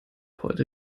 heute